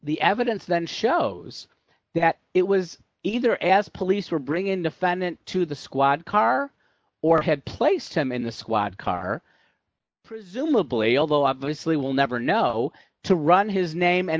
the evidence then shows that it was either as police were bringing defendant to the squad car or had placed him in the squad car presumably although obviously we'll never know to run his name and